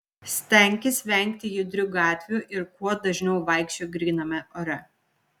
stenkis vengti judrių gatvių ir kuo dažniau vaikščiok gryname ore